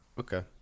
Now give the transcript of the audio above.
Okay